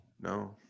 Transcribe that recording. No